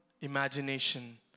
imagination